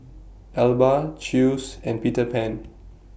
Alba Chew's and Peter Pan